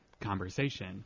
conversation